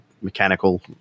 mechanical